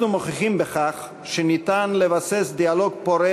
אנחנו מוכיחים בכך שניתן לבסס דיאלוג פורה